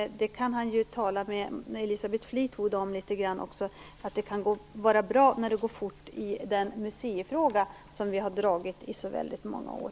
Han kan tala med Elisabeth Fleetwood om att det kan vara bra när det går fort i den museifråga som vi dragit i så väldigt många år.